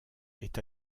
est